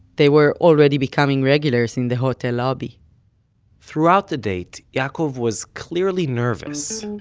they were already becoming regulars in the hotel lobby throughout the date, yaakov was clearly nervous.